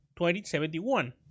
2071